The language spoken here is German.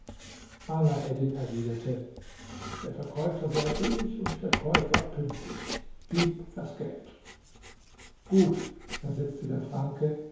eddin erwiderte der verkäufer sei billig und der käufer pünktlich gib das geld gut versetzte der franke